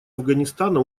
афганистана